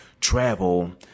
travel